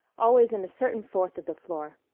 always in a certain fourth of the floor.